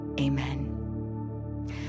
Amen